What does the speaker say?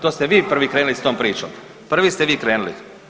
To ste vi prvi krenuli s tom pričom, prvi ste vi krenuli.